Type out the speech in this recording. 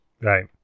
right